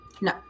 No